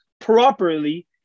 properly